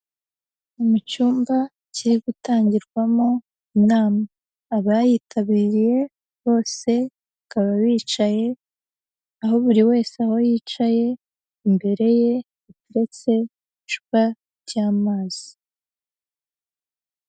Mu cyumba kiri gutangirwamo inama, abayitabiriye bose bakaba bicaye aho buri wese aho yicaye imbere ye hateretse icupa cy'amazi.